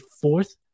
fourth